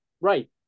Right